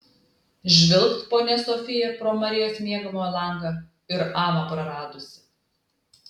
žvilgt ponia sofija pro marijos miegamojo langą ir amą praradusi